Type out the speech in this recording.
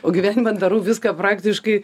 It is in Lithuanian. o gyvenime darau viską praktiškai